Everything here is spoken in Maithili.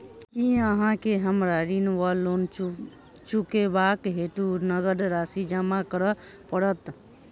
की अहाँ केँ हमरा ऋण वा लोन चुकेबाक हेतु नगद राशि जमा करऽ पड़त?